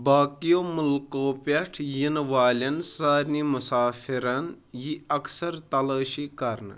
باقٮ۪و مُلکَو پٮ۪ٹھ یِنہٕ والٮ۪ن سارنٕے مسافِرَن یِی اکثَر تلٲشی کَرنہٕ